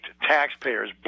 taxpayers